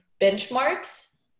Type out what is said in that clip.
benchmarks